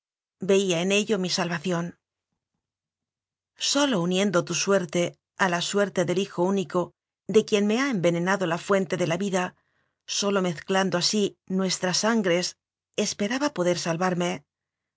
veía en ello mi salvación sólo uniendo tu suerte a la suerte del hijo único de quien me ha envenenado la fuente de la vida sólo mezclando así nuestras sangres esperaba poder salvarme